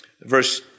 Verse